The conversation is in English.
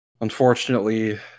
unfortunately